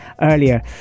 earlier